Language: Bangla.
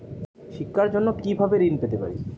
শিক্ষার জন্য কি ভাবে ঋণ পেতে পারি?